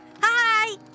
hi